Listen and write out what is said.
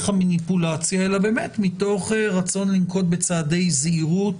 המניפולציה אלא באמת מתוך רצון לנקוט בצעדי זהירות.